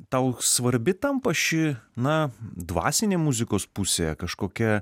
tau svarbi tampa ši na dvasinė muzikos pusė kažkokia